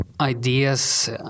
ideas